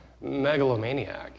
megalomaniac